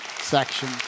section